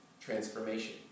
transformation